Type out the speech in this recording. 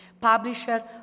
publisher